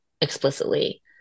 explicitly